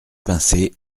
pincée